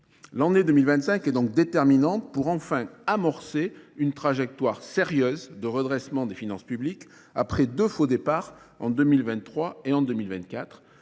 L'année 2025 est donc déterminante pour enfin amorcer une trajectoire sérieuse de redressement des finances publiques après deux faux départs en 2023 et en 2024,